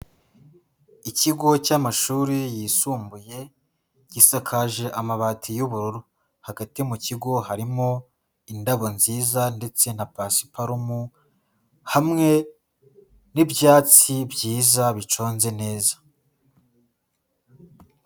Ikigo cy'amashuri yisumbuye, gisakaje amabati y'ubururu, hagati mu kigo harimo indabo nziza ndetse na pasiparumu hamwe n'ibyatsi byiza biconze neza.